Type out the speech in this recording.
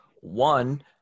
one